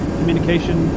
Communication